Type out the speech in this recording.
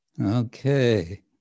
Okay